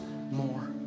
more